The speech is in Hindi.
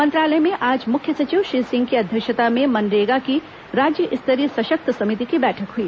मंत्रालय में आज मुख्य सचिव श्री सिंह की अध्यक्षता में मनरेगा की राज्य स्तरीय सशक्त समिति की बैठक हुई